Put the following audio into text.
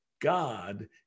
God